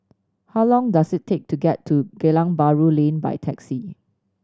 how long does it take to get to Geylang Bahru Lane by taxi